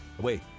Wait